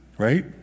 Right